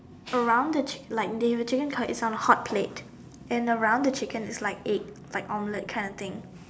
around the chicken like the chicken cutlet is a hot plate and around the chicken is like egg like omelette kind of thing